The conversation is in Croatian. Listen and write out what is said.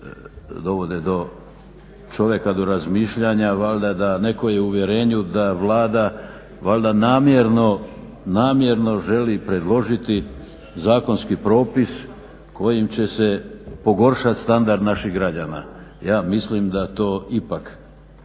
dovode čovjeka do razmišljanja valjda da netko je u uvjerenju da Vlada valjda namjerno želi predložiti zakonski propis kojim će se pogoršat standard naših građana. Ja mislim da to ipak,